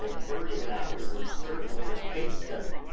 ah murray and natalie were certainly a case study.